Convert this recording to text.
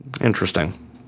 Interesting